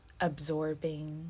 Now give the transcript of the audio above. absorbing